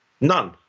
None